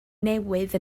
newydd